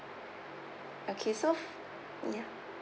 okay so f~ yeah